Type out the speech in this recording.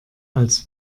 als